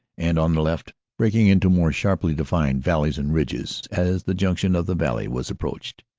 and on the left breaking into more sharply defined valleys and ridges as the junction of the valley was approached.